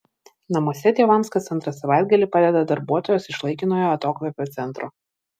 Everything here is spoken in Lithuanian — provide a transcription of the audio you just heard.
namuose tėvams kas antrą savaitgalį padeda darbuotojos iš laikinojo atokvėpio centro